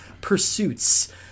pursuits